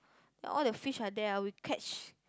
all the fish are there ah we catch